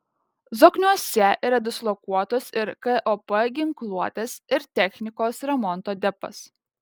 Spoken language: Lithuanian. zokniuose yra dislokuotas ir kop ginkluotės ir technikos remonto depas